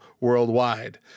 worldwide